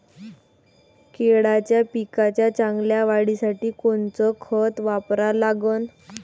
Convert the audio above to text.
केळाच्या पिकाच्या चांगल्या वाढीसाठी कोनचं खत वापरा लागन?